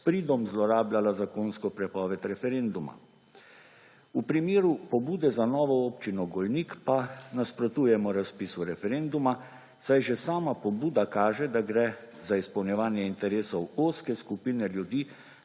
s pridom zlorabljala zakonsko prepoved referenduma. V primeru pobude za novo Občino Golnik pa nasprotujemo razpisu referenduma, saj že sama pobuda kaže, da gre za izpolnjevanje interesov ozke skupine ljudi,